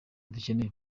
dukeneye